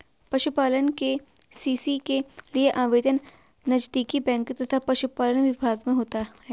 पशुपालन के.सी.सी के लिए आवेदन नजदीकी बैंक तथा पशुपालन विभाग में होता है